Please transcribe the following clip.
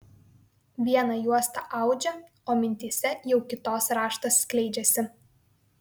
vieną juostą audžia o mintyse jau kitos raštas skleidžiasi